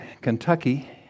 Kentucky